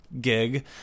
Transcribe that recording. gig